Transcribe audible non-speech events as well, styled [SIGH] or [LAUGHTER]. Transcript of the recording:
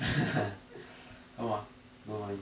[LAUGHS] come lah don't mind